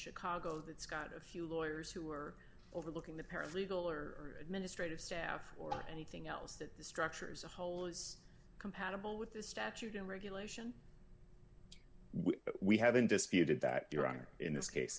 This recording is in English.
chicago that's got a few lawyers who are overlooking the paralegal or administrative staff or anything else that the structures a whole is compatible with the statute and regulation we haven't disputed that your honor in this case